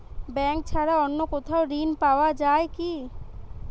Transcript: Bank ছাড়া অন্য কোথাও ঋণ পাওয়া যায় কি?